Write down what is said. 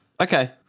okay